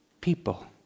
people